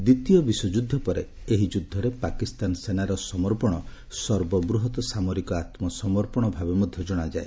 ଦ୍ୱିତୀୟ ବିଶ୍ୱଯୁଦ୍ଧ ପରେ ଏହି ଯୁଦ୍ଧରେ ପାକିସ୍ତାନ ସେନାର ସମର୍ପଶ ସର୍ବବୃହତ୍ ସାମରିକ ଆତ୍ମସମର୍ପଣ ଭାବେ ମଧ୍ୟ ଜଣାଯାଏ